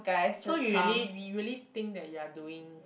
so you really we really think that you are doing